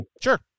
Sure